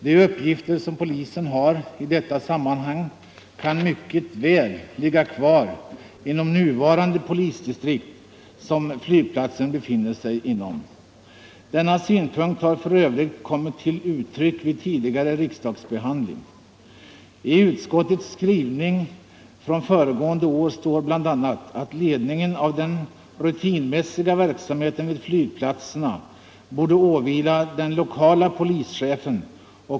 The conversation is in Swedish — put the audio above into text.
De uppgifter som polisen har i detta sammanhang kan mycket väl ligga kvar inom de polisdistrikt som flygplatsen tillhör. Denna synpunkt har för övrigt kommit till uttryck vid tidigare riksdagsbehandling. I utskottets skrivning från föregående år står bl.a. att ledningen av den rutinmässiga polisverksamheten vid flygplatserna borde åvila den lokala polischefen.